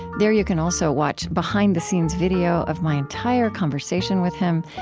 there, you can also watch behind-the-scenes video of my entire conversation with him,